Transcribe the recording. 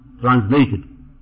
translated